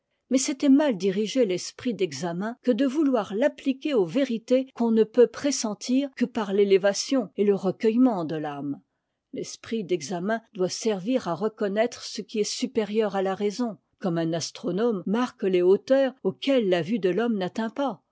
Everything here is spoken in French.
mais c'était mal diriger l'esprit d'examen que de vouloir l'appliquer aux vérités qu'on ne peut pressentir que par l'élévation et le recueillement de l'âme l'esprit d'examen doit servir à reconnaître ce qui est supérieur à la raison comme un astronome marque les hauteurs auxquelles la vue de l'homme n'atteint pas